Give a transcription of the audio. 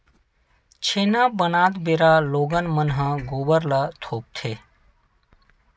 छेना बनात बेरा लोगन मन ह गोबर ल थोपथे